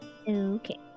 Okay